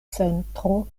centro